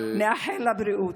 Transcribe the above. נאחל לה בריאות.